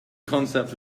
concept